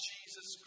Jesus